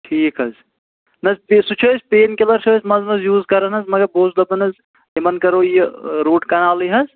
ٹھیٖک حظ چھِ نہ حظ سُہ چھِ أسۍ پین کِلَر چھِ أسۍ منٛز منٛز یوٗز کَران حظ مگر بہٕ اوسُس دَپان حظ یِمَن کَرو یہِ روٗٹ کَنالٕے حظ